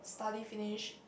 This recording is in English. study finish